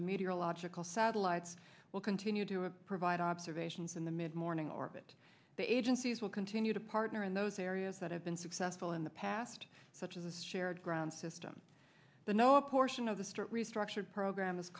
meteorological satellites will continue to a provide observations in the midmorning orbit the agencies will continue to partner in those areas that have been successful in the past such as a shared ground system the no a portion of the start restructured program is